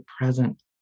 present